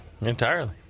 entirely